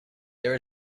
there